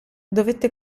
dovette